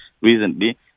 recently